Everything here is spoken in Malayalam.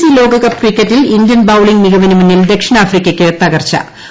സി ലോകകപ്പ് ക്രിക്കറ്റിൽ ഇന്ത്യൻ ബൌളിംഗ് മികവിനു മുന്നിൽ ദക്ഷിണാഫ്രിക്കയ്ക്ക് തകർച്ചു